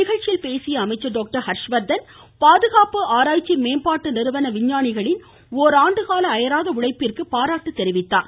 நிகழ்ச்சியில் பேசிய டாக்டர் ஹர்ஷ்வர்தன் பாதுகாப்பு ஆராய்ச்சி மேம்பாட்டு நிறுவன விஞ்ஞானிகளின் ஓராண்டுகால அயராத உழைப்பிற்கு பாராட்டு தெரிவித்தார்